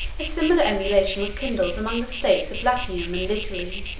a similar emulation was kindled among the states of latium and italy